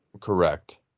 correct